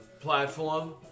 platform